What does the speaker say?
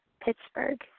Pittsburgh